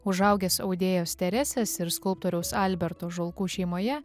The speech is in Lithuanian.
užaugęs audėjos teresės ir skulptoriaus alberto žulkų šeimoje